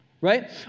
right